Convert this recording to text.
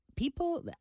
People